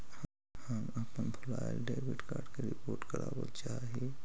हम अपन भूलायल डेबिट कार्ड के रिपोर्ट करावल चाह ही